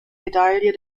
medaille